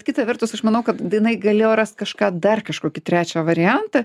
kita vertus aš manau kad jinai galėjo rast kažką dar kažkokį trečią variantą